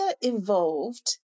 evolved